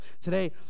Today